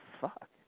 fuck